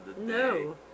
No